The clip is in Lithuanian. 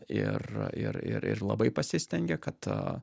ir ir ir ir labai pasistengė kad